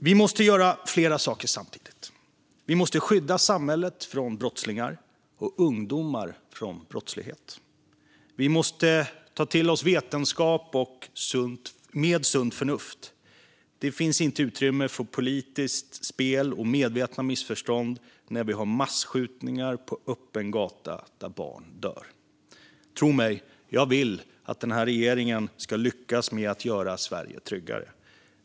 Vi måste göra flera saker samtidigt: Vi måste skydda samhället från brottslingar och ungdomar från brottslighet, och vi måste ta till oss vetenskap med sunt förnuft. Det finns inte utrymme för politiskt spel eller medvetna missförstånd när det sker masskjutningar på öppen gata där barn dör. Tro mig - jag vill att regeringen ska lyckas med att göra Sverige tryggare.